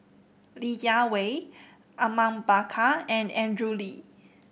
Li Jiawei Awang Bakar and Andrew Lee